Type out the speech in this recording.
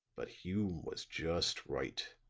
but hume was just right.